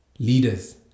Leaders